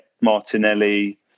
Martinelli